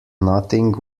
nothing